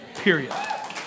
period